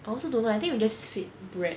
I also don't know eh I think we just feed bread